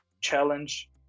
challenge